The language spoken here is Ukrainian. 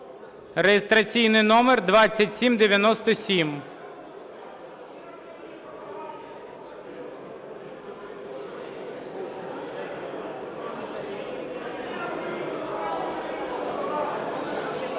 (реєстраційний номер 2797).